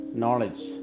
knowledge